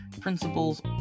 principles